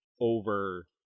over